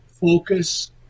focus